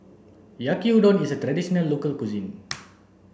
yaki udon is a traditional local cuisine